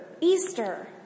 Easter